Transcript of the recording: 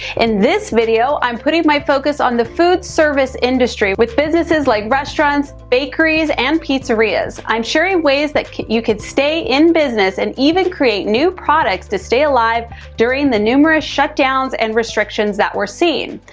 in this video i'm putting my focus on the food service industry with businesses like restaurants, bakeries, and pizzerias. i'm sharing ways that you could stay in business and even create new products to stay alive during the numerous shutdowns and restrictions that were seeing.